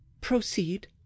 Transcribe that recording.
Proceed